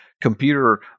computer